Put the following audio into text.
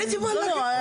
איזה מל"ג את מדברת?